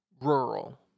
rural